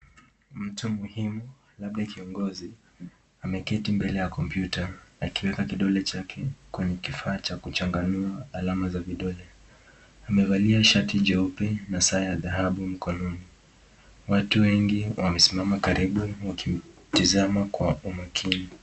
Mtu muhimu labda kiongozi, ameketi mbele ya komputa akiweka kidole chake kwenye kifaa cha kuchanganua alama za vidole. Amevalia shati jeupe na saa ya dhahabu mkononi. Watu wengi wamesimama karibu wakimtizama kwa umakini.